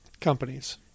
companies